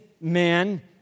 man